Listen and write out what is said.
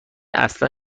اصلا